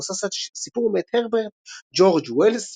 המבוסס על סיפור מאת הרברט ג'ורג' ולס